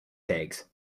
pigs